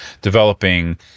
developing